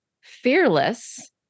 fearless